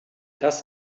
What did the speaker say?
das